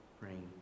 praying